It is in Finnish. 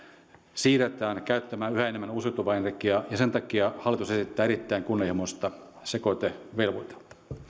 siirretään käyttämään yhä enemmän uusiutuvaa energiaa ja sen takia hallitus esittää erittäin kunnianhimoista sekoitevelvoitetta